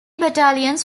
battalions